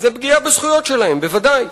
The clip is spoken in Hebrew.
אז זו פגיעה בזכויות שלהם, בוודאי.